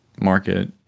market